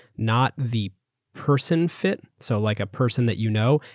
not the person fit, so like a person that you know,